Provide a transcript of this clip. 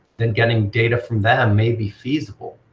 then getting data from them may be feasible,